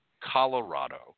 Colorado